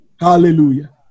Hallelujah